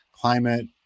climate